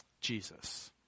Jesus